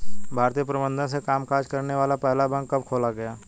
भारतीय प्रबंधन से कामकाज करने वाला पहला बैंक कब खोला गया?